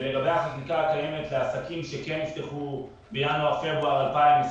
לגבי החקיקה הקיימת לגבי עסקים שנפתחו בינואר-פברואר 2020